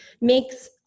makes